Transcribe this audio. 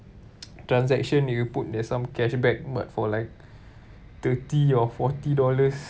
transaction they will put there's some cashback but for like thirty or forty dollars